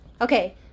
Okay